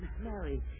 Mary